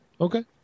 Okay